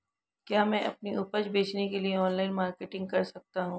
क्या मैं अपनी उपज बेचने के लिए ऑनलाइन मार्केटिंग कर सकता हूँ?